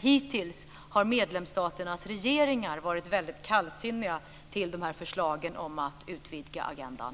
Hittills har medlemsstaternas regeringar varit väldigt kallsinniga till dessa förslag om att utvidga agendan.